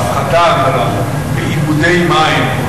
ההפחתה הגדולה באיבודי מים,